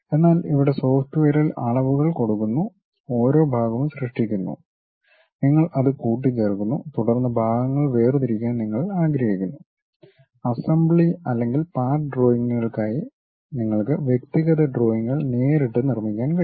എന്നാൽ ഇവിടെ സോഫ്റ്റ്വെയറിൽ അളവുകൾ കൊടുക്കുന്നു ഓരോ ഭാഗവും സൃഷ്ടിക്കുന്നു നിങ്ങൾ അത് കൂട്ടിച്ചേർക്കുന്നു തുടർന്ന് ഭാഗങ്ങൾ വേർതിരിക്കാൻ നിങ്ങൾ ആഗ്രഹിക്കുന്നു അസംബ്ലി അല്ലെങ്കിൽ പാർട്ട് ഡ്രോയിംഗുകൾക്കായി നിങ്ങൾക്ക് വ്യക്തിഗത ഡ്രോയിംഗുകൾ നേരിട്ട് നിർമ്മിക്കാൻ കഴിയും